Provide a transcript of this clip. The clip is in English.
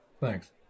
thanks